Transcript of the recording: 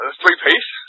three-piece